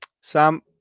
Sam